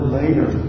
later